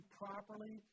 properly